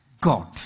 god